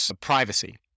privacy